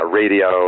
radio